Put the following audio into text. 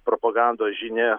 propagandos žinią